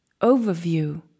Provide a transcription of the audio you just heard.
overview